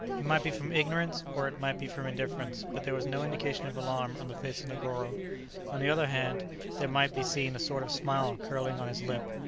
it might be from ignorance or it might be from indifference, but there was no indication of alarm on the face of negoro on the other hand there might be seen a sort of smile curling on his lip.